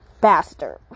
bastard